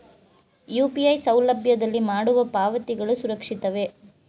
UPI ಸೌಲಭ್ಯದಲ್ಲಿ ಮಾಡುವ ಪಾವತಿಗಳು ಸುರಕ್ಷಿತವೇ?